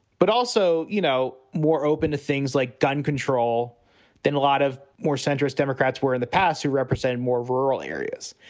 but also, you know, more open to things like gun control than a lot of more centrist democrats were in the past who represent more rural areas.